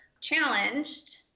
challenged